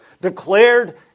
declared